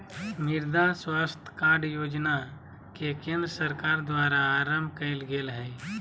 मृदा स्वास्थ कार्ड योजना के केंद्र सरकार द्वारा आरंभ कइल गेल हइ